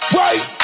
right